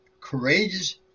courageous